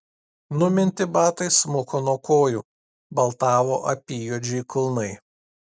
numinti batai smuko nuo kojų baltavo apyjuodžiai kulnai